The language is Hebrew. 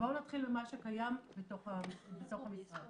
בואו נתחיל ממה שקיים בתוך המשרד.